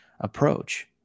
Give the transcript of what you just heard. approach